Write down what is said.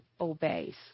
obeys